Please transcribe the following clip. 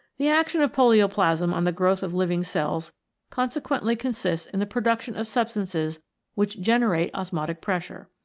the action of polioplasma on the growth of living cells consequently consists in the production of substances which generate osmotic pressure.